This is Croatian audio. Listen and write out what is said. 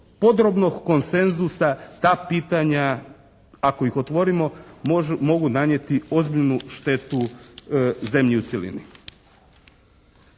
podrobnog konsenzusa ta pitanja ako ih otvorimo mogu nanijeti ozbiljnu štetu zemlji u cjelini.